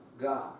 God